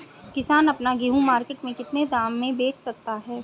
किसान अपना गेहूँ मार्केट में कितने दाम में बेच सकता है?